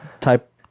type